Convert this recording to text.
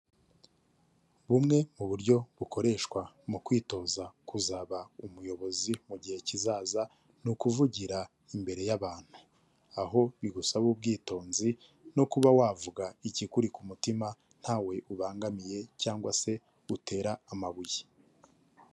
Bumwe mu buryo bukoreshwa mu kwitoza kuzaba umuyobozi mu gihe kizaza, ni ukuvugira imbere y'abantu, aho bigusaba ubwitonzi, no kuba wavuga ikikuri ku mutima ntawe ubangamiye cyangwa se utera amabuye.